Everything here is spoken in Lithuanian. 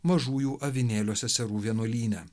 mažųjų avinėlio seserų vienuolyne